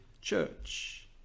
church